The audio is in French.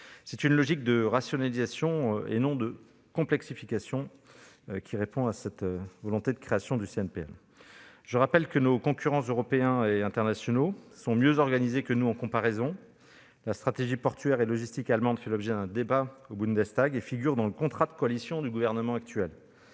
C'est une logique de rationalisation et non de complexification qui répond à cette volonté de création du CNPL. Nos concurrents européens et internationaux sont mieux organisés que nous. La stratégie portuaire et logistique allemande fait l'objet d'un débat au Bundestag et figure dans le contrat de coalition du gouvernement actuel.